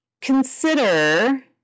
consider